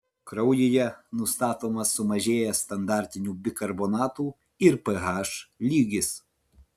kraujyje nustatomas sumažėjęs standartinių bikarbonatų ir ph lygis